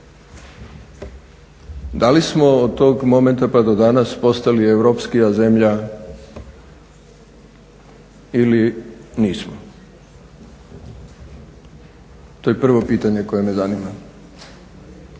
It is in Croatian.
Da li smo od tog momenta pa do danas postali europskija zemlja ili nismo? To je prvo pitanje koje me zanima.